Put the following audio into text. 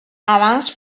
abans